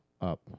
up